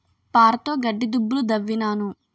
పారతోగడ్డి దుబ్బులు దవ్వినాను